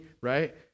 right